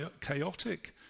chaotic